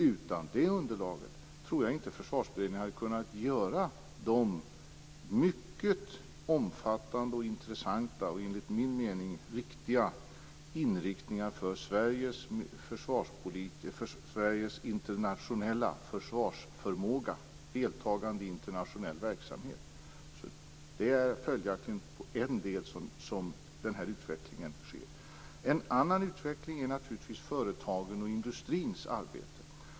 Utan det underlaget tror jag inte att Försvarsberedningen hade kunnat visa de mycket omfattande, intressanta och, enligt min mening, riktiga inriktningar för Sveriges internationella försvarsförmåga och deltagande i internationell verksamhet som man nu har gjort. Det är följaktligen en del i den utveckling som sker. En annan del i utvecklingen är naturligtvis företagens och industrins arbete.